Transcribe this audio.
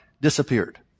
disappeared